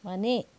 ಮನೆ